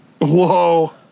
Whoa